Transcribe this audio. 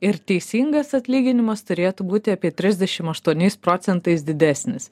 ir teisingas atlyginimas turėtų būti apie trisdešimt aštuoniais procentais didesnis